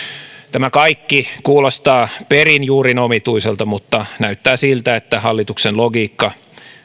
tämä kaikki kuulostaa perin juurin omituiselta mutta näyttää siltä että hallituksen logiikka